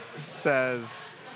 says